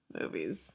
movies